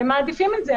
הם מעדיפים את זה.